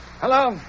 Hello